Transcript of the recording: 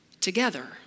together